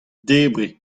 debriñ